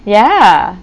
ya